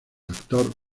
actor